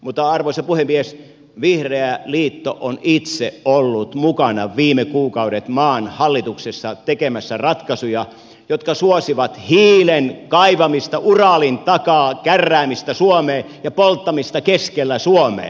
mutta arvoisa puhemies vihreä liitto on itse ollut mukana viime kuukaudet maan hallituksessa tekemässä ratkaisuja jotka suosivat hiilen kaivamista uralin takaa kärräämistä suomeen ja polttamista keskellä suomea